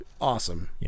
Awesome